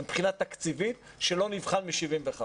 ומבחינה תקציבית, שלא נבחן מ-1975?